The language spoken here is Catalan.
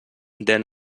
dent